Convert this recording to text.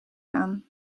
aan